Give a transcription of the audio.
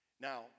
Now